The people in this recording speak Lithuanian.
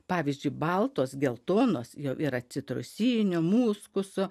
pavyzdžiui baltos geltonos jau yra citrusinio muskuso